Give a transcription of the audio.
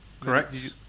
Correct